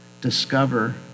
discover